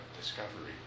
discovery